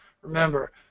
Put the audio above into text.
Remember